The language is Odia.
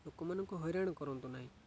ଲୋକମାନଙ୍କୁ ହଇରାଣ କରନ୍ତୁ ନାହିଁ